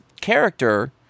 character